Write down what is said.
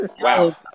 Wow